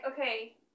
okay